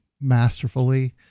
masterfully